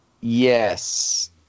Yes